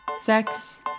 sex